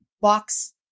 box